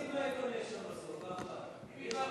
ירושלים ועל כנסיותיה של ירושלים, בירת